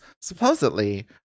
supposedly